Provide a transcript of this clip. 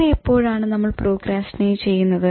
വേറെ എപ്പോഴാണ് നമ്മൾ പ്രോക്രാസ്റ്റിനേറ്റ് ചെയ്യുന്നത്